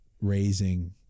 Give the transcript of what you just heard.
raising